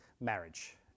marriage